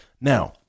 Now